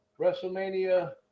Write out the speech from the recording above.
WrestleMania